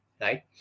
right